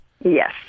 Yes